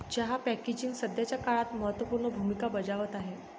चहा पॅकेजिंग सध्याच्या काळात महत्त्व पूर्ण भूमिका बजावत आहे